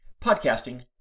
podcasting